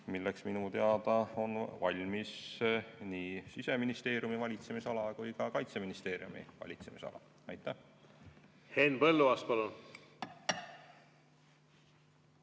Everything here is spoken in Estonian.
milleks minu teada on valmis nii Siseministeeriumi valitsemisala kui ka Kaitseministeeriumi valitsemisala. Aitäh! Siseminister